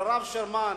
לרב שרמן